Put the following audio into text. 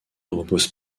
repose